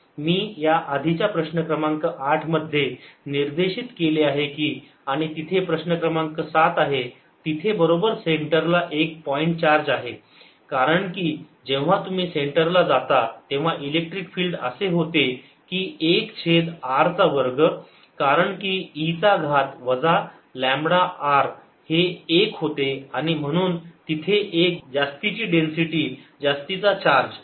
ρ0 r C0e λrr2 मी या आधीच प्रश्न क्रमांक 8 मध्ये निर्देशीत केले आहे की आणि तिथे प्रश्न क्रमांक सात आहे तिथे बरोबर सेंटरला एक पॉईंट चार्ज आहे कारण की जेव्हा तुम्ही सेंटरला जाता तेव्हा इलेक्ट्रिक फील्ड असे होते की 1 छेद r चा वर्ग कारण की E चा घात वजा लांबडा r हे 1 होते आणि म्हणून तिथे एक जास्तीची डेन्सिटी जास्तीचा चार्ज